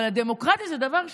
אבל דמוקרטיה זה דבר שביר.